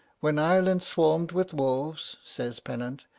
when ireland swarmed with wolves says pennant,